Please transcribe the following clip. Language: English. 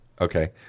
Okay